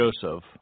Joseph